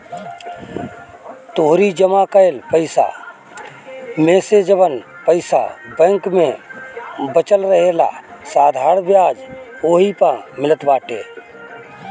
तोहरी जमा कईल पईसा मेसे जवन पईसा बैंक में बचल रहेला साधारण बियाज ओही पअ मिलत बाटे